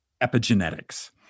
epigenetics